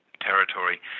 territory